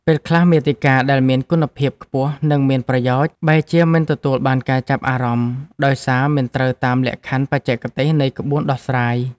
ពេលខ្លះ មាតិកាដែលមានគុណភាពខ្ពស់ និងមានប្រយោជន៍ បែរជាមិនទទួលបានការចាប់អារម្មណ៍ ដោយសារមិនត្រូវតាមលក្ខខណ្ឌបច្ចេកទេសនៃក្បួនដោះស្រាយ។